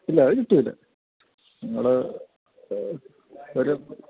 ഇല്ല അത് കിട്ടില്ല നിങ്ങൾ ഒരു